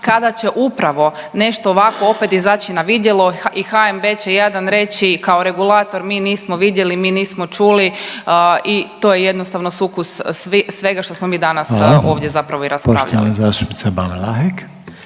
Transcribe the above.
kada će upravo nešto ovako opet izaći na vidjelo i HNB će jadan reći kao regulator mi nismo vidjeli, mi nismo čuli i to je jednostavno sukus svega što smo danas ovdje zapravo i raspravljali.